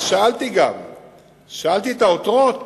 ושאלתי גם את העותרות